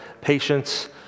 patients